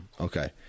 Okay